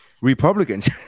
Republicans